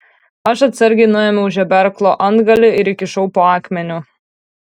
aš atsargiai nuėmiau žeberklo antgalį ir įkišau po akmeniu